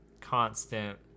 constant